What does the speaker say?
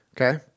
Okay